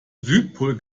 südpol